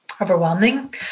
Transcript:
overwhelming